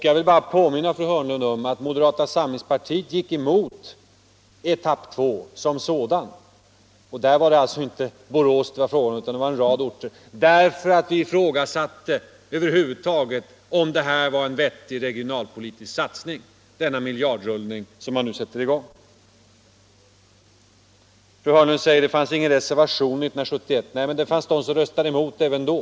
Jag vill bara påminna fru Hörnlund om att moderata samlingspartiet gick emot etapp 2 som sådan, och där var det alltså inte bara fråga om Borås utan en rad orter. Vi ifrågasatte nämligen om denna miljardrullning som man nu sätter i gång över huvud taget var en vettig regionalpolitisk satsning. Fru Hörnlund säger att det inte fanns någon reservation 1971. Nej, men det fanns redan då ledamöter som röstade emot förslaget.